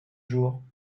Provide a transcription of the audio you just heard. jours